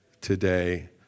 today